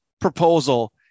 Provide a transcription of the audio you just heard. proposal